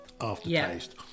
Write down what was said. aftertaste